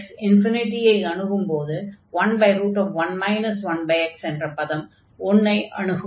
x ∞ ஐ அணுகும்போது 11 1x என்ற பதம் 1 ஐ அணுகும்